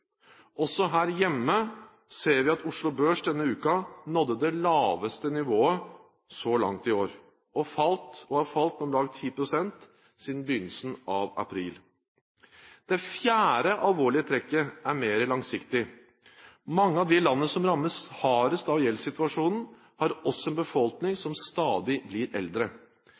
Også her hjemme ser vi at Oslo Børs denne uken nådde det laveste nivået så langt i år og har falt med om lag 10 pst. siden begynnelsen av april. Det fjerde alvorlige trekket er mer langsiktig. Mange av de landene som rammes hardest av gjeldssituasjonen, har også en befolkning som stadig blir eldre.